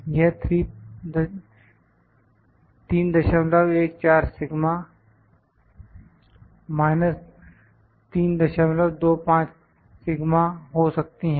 यह 314325 हो सकती हैं